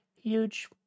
Huge